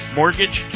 mortgage